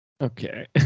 Okay